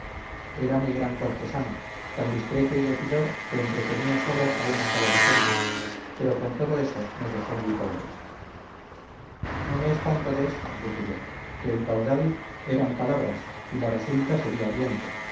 era muy gran cortesano tan discreto y decidor que entretenía solo a una sala de gente pero con todo eso nos dejó muy pobres no me espanto de esto dije yo que el caudal eran palabras y la resulta sería viento